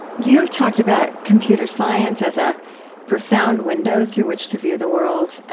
you've talked about computer science as a profound window through which to view the world.